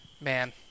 man